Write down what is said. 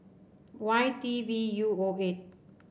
Y T V U O eight